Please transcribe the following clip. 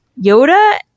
Yoda